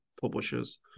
publishers